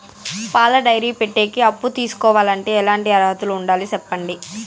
పాల డైరీ పెట్టేకి అప్పు తీసుకోవాలంటే ఎట్లాంటి అర్హతలు ఉండాలి సెప్పండి?